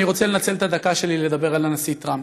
אני רוצה לנצל את הדקה שלי לדבר על הנשיא טראמפ.